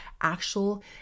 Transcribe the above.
actual